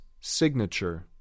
signature